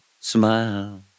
smile